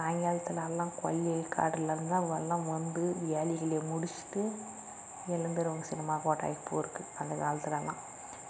சாய்ங்காலத்துனாலாம் கொய்யி கடலருந்தான் இவ்லாம் வந்து வேலைக கீலைய முடிச்சிட்டு எழுந்திருவோம் சினிமா கொட்டாய்க்குப் போகருக்கு அந்தக் காலத்தில்லாம்